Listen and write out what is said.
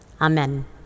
Amen